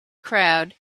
crowd